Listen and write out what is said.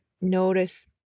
notice